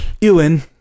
Ewan